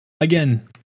Again